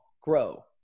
grow